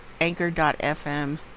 anchor.fm